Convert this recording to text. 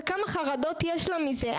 וכמה חרדות יש לה מזה.